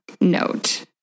note